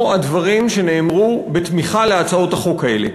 הדברים שנאמרו בתמיכה בהצעות החוק האלה.